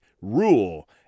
rule